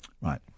Right